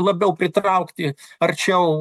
labiau pritraukti arčiau